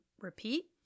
repeat